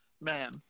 man